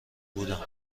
بودم